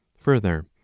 further